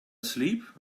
asleep